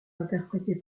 interprétés